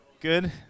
Good